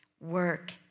work